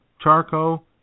charcoal